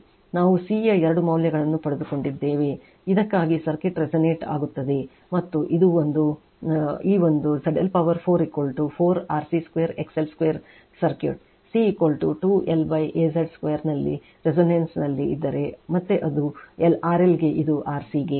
ನಾವು C ಯ ಎರಡು ಮೌಲ್ಯಗಳನ್ನು ಪಡೆದುಕೊಂಡಿದ್ದೇವೆ ಇದಕ್ಕಾಗಿ ಸರ್ಕ್ಯೂಟ್ resonate ಆಗುತ್ತದೆ ಮತ್ತು ಇದು ಒಂದು ಈ ಒಂದು ZL power 4 4 RC2 XL2 circuit C 2 LaZL2 ನಲ್ಲಿ resonance ನಲ್ಲಿ ಇದ್ದರೆ ಮತ್ತೆ ಇದು RL ಗೆಇದು RCಗೆ